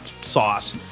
sauce